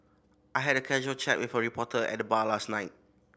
I had a casual chat with a reporter at the bar last night